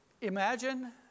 imagine